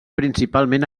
principalment